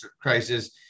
crisis